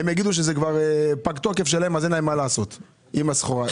הם יגידו שזה כבר פג תוקף ואין להם מה לעשות עם הסחורה.